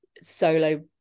solo